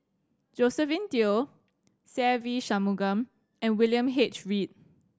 Josephine Teo Se Ve Shanmugam and William H Read